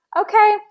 okay